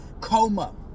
coma